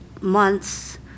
months